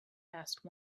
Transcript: asked